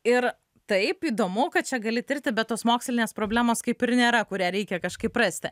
ir taip įdomu kad čia gali tirti bet tos mokslinės problemos kaip ir nėra kurią reikia kažkaip rasti